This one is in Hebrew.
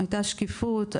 הייתה שקיפות,